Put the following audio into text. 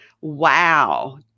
wow